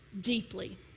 deeply